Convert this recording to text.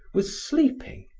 was sleeping,